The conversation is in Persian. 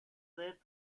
زرت